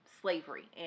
slavery